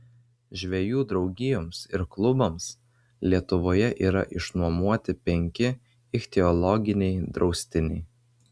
žvejų draugijoms ir klubams lietuvoje yra išnuomoti penki ichtiologiniai draustiniai